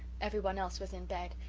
every one else was in bed,